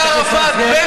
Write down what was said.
חברת הכנסת השכל,